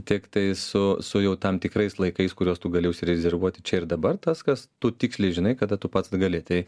tiktai su su jau tam tikrais laikais kuriuos tu gali užsirezervuoti čia ir dabar tas kas tu tiksliai žinai kada tu pats gali tai